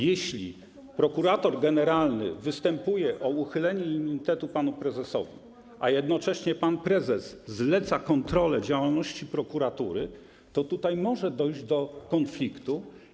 Jeśli prokurator generalny występuje o uchylenie immunitetu panu prezesowi, a jednocześnie pan prezes zleca kontrolę działalności prokuratury, to tutaj może dojść do konfliktu.